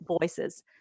voices